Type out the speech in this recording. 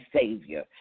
Savior